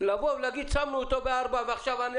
לבוא ולהגיד: שמנו אותו ב-4 ואנחנו עדיין